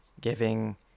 giving